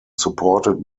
supported